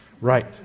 right